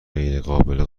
غیرقابل